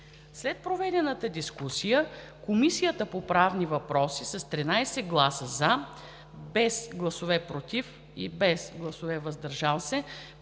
След проведената дискусия Комисията по правни въпроси с 13 гласа „за“, без гласове „против“ и „въздържал се“